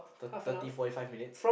the thirty forty five minutes